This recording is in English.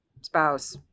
spouse